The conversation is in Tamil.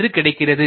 என்று கிடைக்கிறது